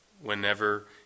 whenever